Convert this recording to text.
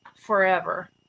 forever